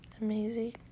Amazing